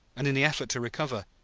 and in the effort to recover,